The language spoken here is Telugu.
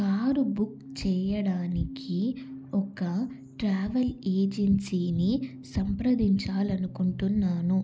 కారు బుక్ చేయడానికి ఒక ట్రావెల్ ఏజెన్సీని సంప్రదించాలనుకుంటున్నాను